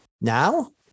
Now